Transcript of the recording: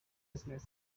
business